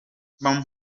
ibi